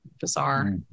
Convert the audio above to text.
Bizarre